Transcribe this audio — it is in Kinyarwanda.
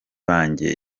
banjye